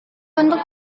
untuk